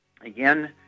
again